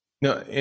No